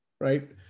right